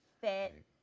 fit